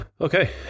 Okay